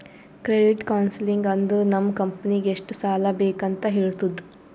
credit counselling ಅಂದುರ್ ನಮ್ ಕಂಪನಿಗ್ ಎಷ್ಟ ಸಾಲಾ ಬೇಕ್ ಅಂತ್ ಹೇಳ್ತುದ